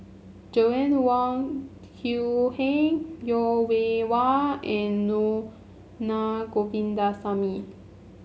Joanna Wong Quee Heng Yeo Wei Wei and nor Na Govindasamy